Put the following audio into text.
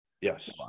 Yes